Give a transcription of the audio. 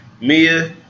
Mia